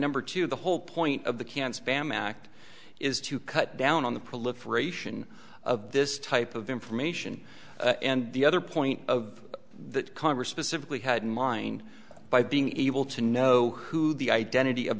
number two the whole point of the can spam act is to cut down on the proliferation of this type of information and the other point of that congressman simply had in mind by being able to know who the identity of